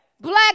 Black